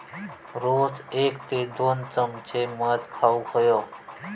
रोज एक ते दोन चमचे मध खाउक हवो